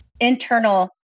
internal